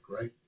right